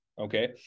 okay